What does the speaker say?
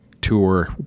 tour